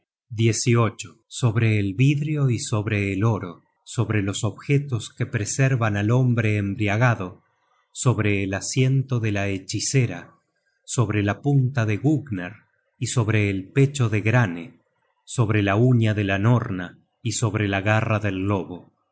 at sobre el vidrio y sobre el oro sobre los objetos que preservan al hombre embriagado sobre el asiento de la hechicera sobre la punta de gugner y sobre el pecho de granne sobre la uña de la norna y sobre la garra del lobo